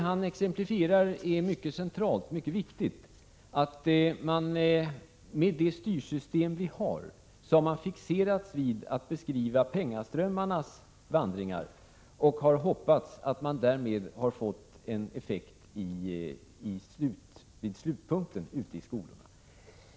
Han exemplifierar det mycket centrala och viktiga att man, med det styrsystem vi har, fixerats vid att beskriva pengaströmmarnas vandringar och har hoppats att man därmed har fått en effekt vid slutpunkten ute i skolorna.